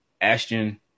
Ashton